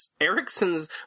Erickson's